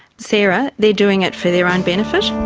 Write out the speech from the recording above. sarah, they're doing it for their own benefit.